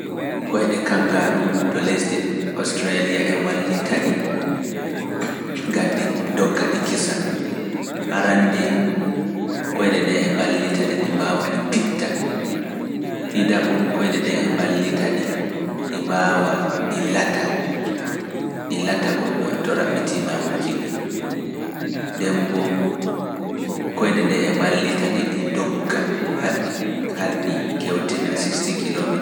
Koyde kangaroo to lesdi Australia e wallita ɗi, gan ɗi ndogga ɗi kisa, Arande koyde ɗe e mballita ɗi ɗi mbaawa ɗi pitta, ɗi daɓon koyde ɗe e mballita ɗi ɗi mbaawa ɗi lata, ɗi lata goɗɗo to raɓɓitii nawnuki ɗi. Ndeen mbo koyde ɗe e mballita ɗi ɗi ndogga harɗi kewtina kilomitaaji cappande jego (sixty kilometers).